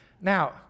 Now